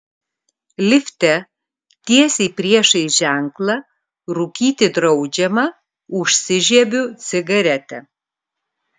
lifte tiesiai priešais ženklą rūkyti draudžiama užsižiebiu cigaretę